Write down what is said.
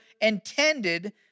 intended